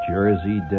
Jersey